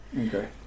Okay